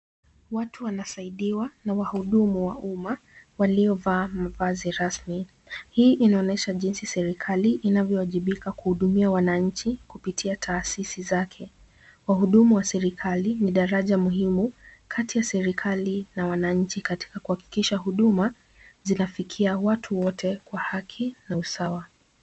Watu wanasaidiwa na wahudumu wa umma waliovaa mavazi rasmi. Hii inaonyesha jinsi serikali inavyowajibika kuhudumia wananchi kupitia taasisi zake. Wahudumu wa serikali ni daraja muhimu kati ya serikali na wananchi katika kuhakikisha huduma zinafikia watu wote kwa haki na usawa.